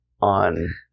on